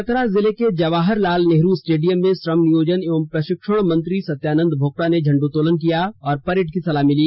चतरा जिले के जवाहर लाल नेहरू स्टेडियम में श्रम नियोजन एवं प्रषिक्षण मंत्री सत्यानंद भोक्ता ने झंडोत्तोलन किया और परेड की सलामी ली